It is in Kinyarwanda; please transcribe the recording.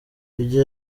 ibyo